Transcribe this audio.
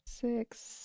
six